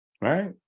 Right